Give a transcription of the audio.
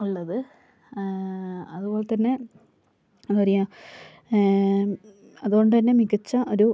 ഉള്ളത് അതുപോലെ തന്നെ എന്താ പറയുക അതുകൊണ്ടു തന്നെ മികച്ച ഒരു